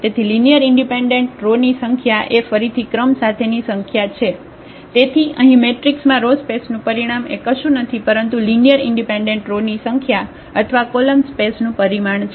તેથી linear independent row ની સંખ્યા એ ફરીથી ક્રમ સાથેની વ્યાખ્યા છે તેથી અહીં મેટ્રિક્સમાં રો સ્પેસનું પરિમાણ એ કશું નથી પરંતુ લિનિયર ઇન્ડિપેન્ડન્ટ રો ની સંખ્યા અથવા કોલમ સ્પેસનું પરિમાણ છે